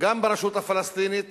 שגם ברשות הפלסטינית